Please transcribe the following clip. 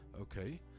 Okay